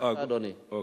בבקשה, אדוני.